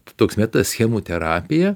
toks metaschemų terapija